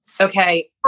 Okay